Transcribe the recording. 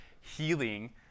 healing